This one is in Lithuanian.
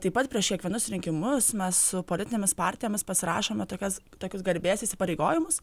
taip pat prieš kiekvienus rinkimus mes su politinėmis partijomis pasirašome tokias tokius garbės įsipareigojimus